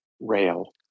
rail